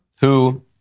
Who-